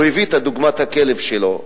והביא את דוגמת הכלב שלו,